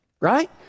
right